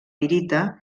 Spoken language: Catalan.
pirita